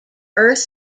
earth